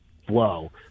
flow